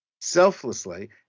selflessly